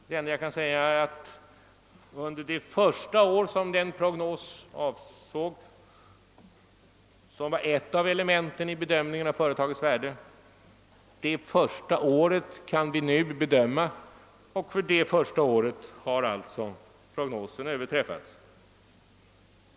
Det enda jag kan säga är att den prognos för det första året, som var ett av elementen vid bedömningen av företagets värde, har överträffats.